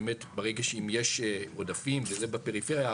אם יש עודפים וזה בפריפריה,